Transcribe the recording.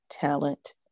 talent